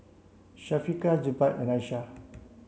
Syafiqah Jebat and Aisyah